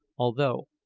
although,